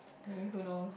anyway who knows